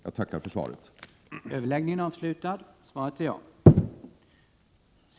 Jag tackar än en gång för det här svaret.